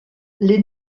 les